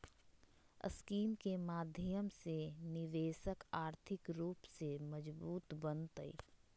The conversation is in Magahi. स्कीम के माध्यम से निवेशक आर्थिक रूप से मजबूत बनतय